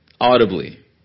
audibly